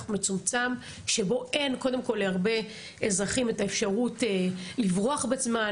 מצומצם שבו אין קודם כל להרבה אזרחים את האפשרות לברוח בזמן,